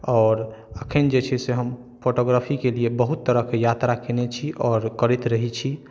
आओर एखैन जे छै से हम फोटोग्राफीके लिए बहुत तरहके यात्रा केने छी आओर करैत रहै छी